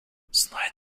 slide